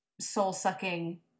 soul-sucking